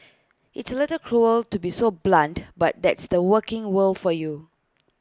it's little cruel to be so blunt but that's the working world for you